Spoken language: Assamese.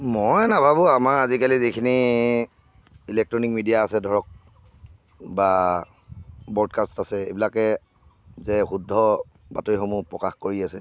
মই নাভাবোঁ আমাৰ আজিকালি যিখিনি ইলেকট্ৰনিক মিডিয়া আছে ধৰক বা ব্ৰডকাষ্ট আছে এইবিলাকে যে শুদ্ধ বাতৰিসমূহ প্ৰকাশ কৰি আছে